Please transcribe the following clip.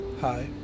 hi